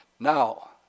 Now